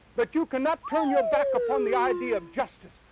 but you cannot turn your back upon the idea of justice.